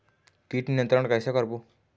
कीट नियंत्रण कइसे करबो?